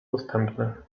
dostępny